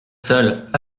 seuls